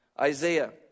Isaiah